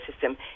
system